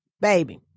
baby